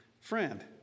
Friend